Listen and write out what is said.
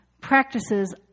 practices